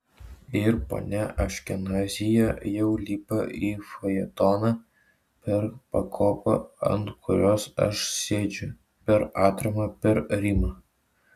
ir ponia aškenazyje jau lipa į fajetoną per pakopą ant kurios aš sėdžiu per atramą per rimą